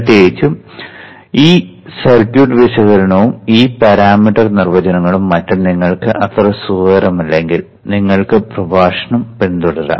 പ്രത്യേകിച്ചു ഈ സർക്യൂട്ട് വിശകലനവും ഈ പാരാമീറ്റർ നിർവചനങ്ങളും മറ്റും നിങ്ങൾക്ക് അത്ര സുഖകരമല്ലെങ്കിൽ നിങ്ങൾക്ക് പ്രഭാഷണം പിന്തുടരാം